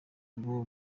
rwo